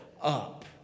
up